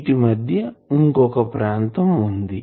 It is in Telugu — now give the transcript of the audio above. వీటి మధ్య ఇంకో ప్రాంతం వుంది